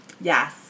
Yes